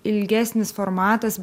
ilgesnis formatas